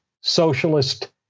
socialist